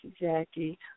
Jackie